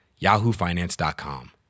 yahoofinance.com